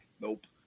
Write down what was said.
nope